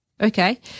Okay